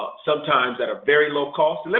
sometimes at a very low cost. and